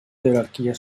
jerarquia